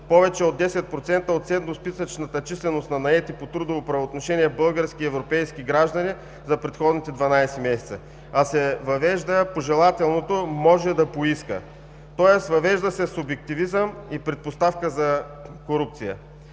повече от 10% от средносписъчната численост на наети по трудово правоотношение български и европейски граждани за предходните 12 месеца, а се въвежда пожелателното „може да поиска“. Въвежда се субективизъм и предпоставка за корупция.